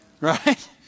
right